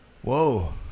Whoa